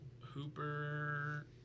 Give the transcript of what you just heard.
Hooper